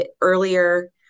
earlier